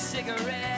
Cigarette